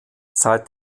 seit